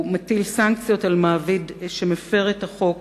הוא מטיל סנקציות על מעביד שמפר את החוק,